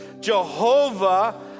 Jehovah